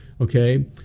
okay